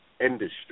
industry